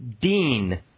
Dean